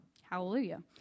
Hallelujah